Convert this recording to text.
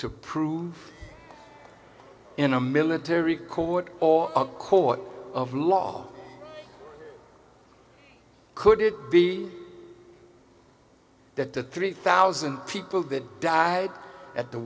to prove in a military court or a court of law could it be that the three thousand people that died at the